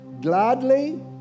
Gladly